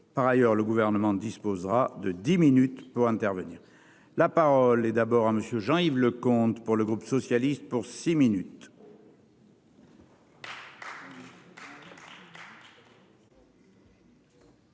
par ailleurs le gouvernement disposera de 10 minutes pour intervenir, la parole est d'abord à monsieur Jean-Yves Le compte pour le groupe socialiste, pour six minutes. C'est